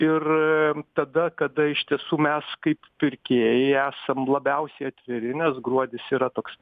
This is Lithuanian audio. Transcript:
ir tada kada iš tiesų mes kaip pirkėjai esam labiausiai atviri nes gruodis yra toks